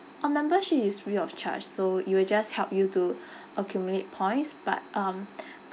our membership is free of charge so it will just help you to accumulate points but um